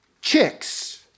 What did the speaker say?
chicks